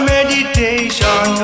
Meditation